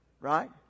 right